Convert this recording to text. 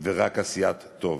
ורק עשיית טוב.